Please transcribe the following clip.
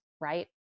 right